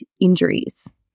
injuries